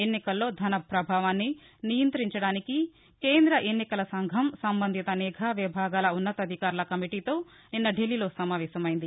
ఎన్నికల్లో ధన ప్రభావాన్ని నియంతించడానికి కేంద్ర ఎన్నికల సంఘం సంబంధిత నిఘా విభాగాల ఉన్నతాధికారుల కమిటీతో నిన్న ఢిల్లీలో సమావేశమైంది